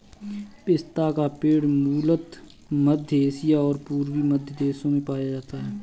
पिस्ता का पेड़ मूलतः मध्य एशिया और पूर्वी मध्य देशों में पाया जाता है